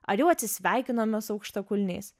ar jau atsisveikinome su aukštakulniais